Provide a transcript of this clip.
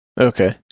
Okay